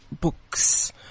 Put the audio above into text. books